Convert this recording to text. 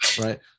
right